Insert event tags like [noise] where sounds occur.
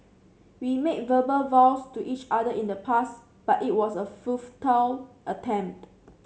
we made verbal vows to each other in the past but it was a [unintelligible] futile attempt